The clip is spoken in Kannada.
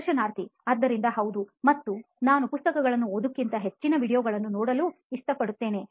ಸಂದರ್ಶನಾರ್ಥಿ ಆದ್ದರಿಂದ ಹೌದು ಮತ್ತೆ ನಾನು ಪುಸ್ತಕಗಳನ್ನು ಓದುವುದಕ್ಕಿಂತ ಹೆಚ್ಚಿನ ವೀಡಿಯೊಗಳನ್ನು ನೋಡಲು ಇಷ್ಟಪಡುತ್ತೇನೆ